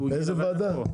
לאיזה ועדה?